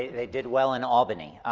they did well in albany.